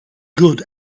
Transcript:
good